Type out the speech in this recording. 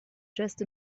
just